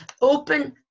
open